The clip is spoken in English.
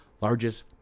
largest